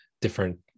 different